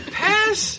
pass